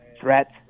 threat